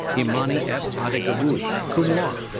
imani f. adegbuyi, cum laude.